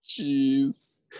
Jeez